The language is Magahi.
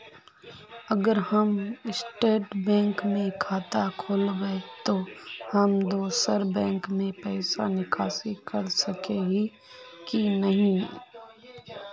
अगर हम स्टेट बैंक में खाता खोलबे तो हम दोसर बैंक से पैसा निकासी कर सके ही की नहीं?